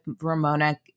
Ramona